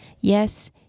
Yes